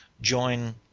join